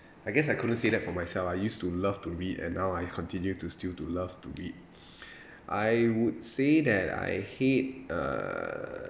I guess I couldn't say that for myself I used to love to read and now I continue to still to love to read I would say that I hate err